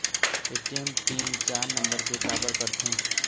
ATM PIN चार number के काबर करथे?